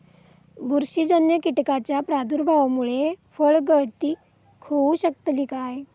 बुरशीजन्य कीटकाच्या प्रादुर्भावामूळे फळगळती होऊ शकतली काय?